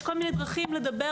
יש כל מיני דרכים לדבר,